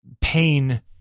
pain